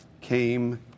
came